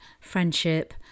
friendship